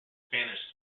spanish